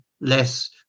less